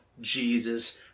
Jesus